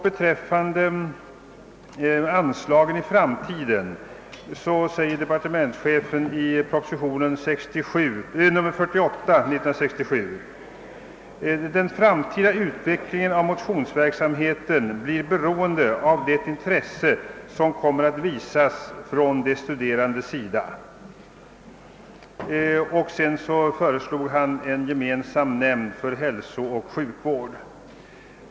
Beträffande anslaget i framtiden skrev departementschefen i propositionen nr 48:1967 följande: »Den framtida utvecklingen av motionsverksamheten bör bli beroende av det intresse som kommer att visas från de studerandes sida.» Därefter föreslog departementschefen en gemensam nämnd för hälsooch sjukvård.